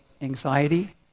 anxiety